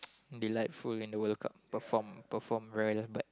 delightful in the World Cup perform perform well but